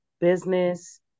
business